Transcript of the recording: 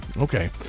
okay